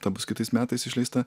ta bus kitais metais išleista